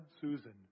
Susan